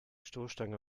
stoßstange